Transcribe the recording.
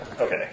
Okay